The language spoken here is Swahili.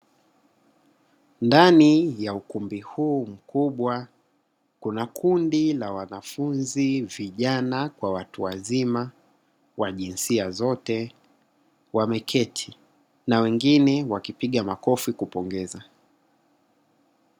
Ndani ya ukumbi huu mkubwa, kuna kundi la wanafunzi vijana kwa watu wazima wa jinsia zote wameketi na wengine wakipiga makofi kupongeza.